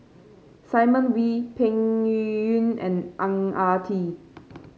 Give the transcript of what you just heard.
Simon Wee Peng Yuyun and Ang Ah Tee